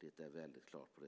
Det står väldigt klart.